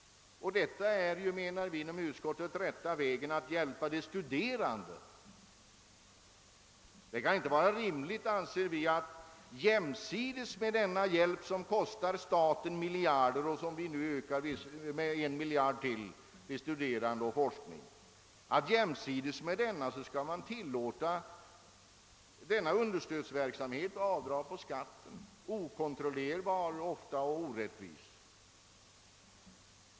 Detta är, menar vi inom utskottet, rätta vägen att hjälpa de studerande. Det kan inte vara rimligt att jämsides med denna hjälp — som kostar staten miljarder och som nu ökar med ännu en miljard till studerande och till forskning — tillåta denna ofta okontrollerbara understödsverksamhet med avdrag på skatten.